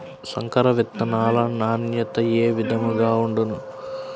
సంకర విత్తనాల నాణ్యత ఏ విధముగా ఉండును?